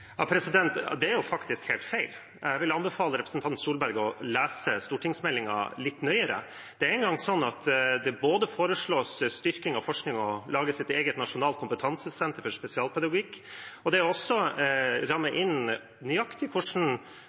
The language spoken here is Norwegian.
Det er faktisk helt feil. Jeg vil anbefale representanten Tvedt Solberg å lese stortingsmeldingen litt nøyere. Det er nå engang sånn at det både foreslås styrking av forskning og å lage et eget nasjonalt kompetansesenter for spesialpedagogikk, og det er også rammet inn nøyaktig hvordan